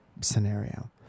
scenario